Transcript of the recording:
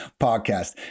podcast